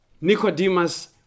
Nicodemus